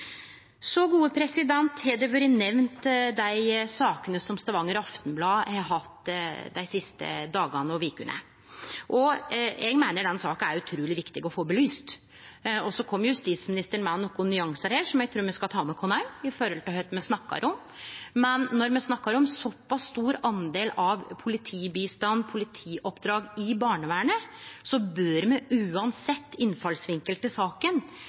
Stavanger Aftenblad dei siste dagane og vekene har vore nemnde. Eg meiner dette er utruleg viktig å få belyst. Justisministeren kom med nokre nyansar her som eg trur me òg skal ta med oss når det gjeld kva me snakkar om, men når me snakkar om ein såpass stor del av politibistand, politioppdrag, i barnevernet, bør me, uansett innfallsvinkel til saka,